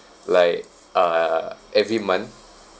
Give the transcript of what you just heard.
like uh every month